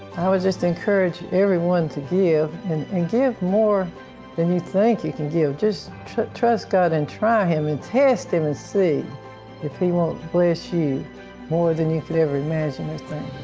i would just encourage everyone to give and and give more than you think you can give. just t-trust god and try him and test him and see if he won't bless you more than you could ever imagine or think.